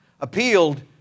appealed